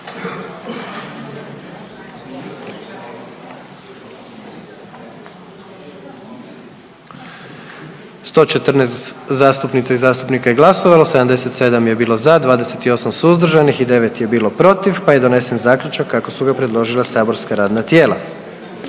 114 zastupnica i zastupnika je glasovalo, 77 je bilo za, 28 suzdržanih i 9 je bilo protiv pa je donesen Zaključak kako su ga predložila saborska radna tijela.